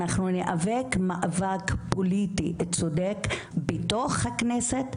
אנחנו נאבק מאבק פוליטי צודק בתוך הכנסת,